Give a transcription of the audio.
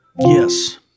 Yes